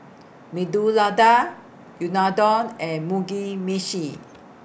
Medu Unadon and Mugi Meshi